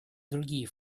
другие